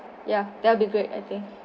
ya that will be great I think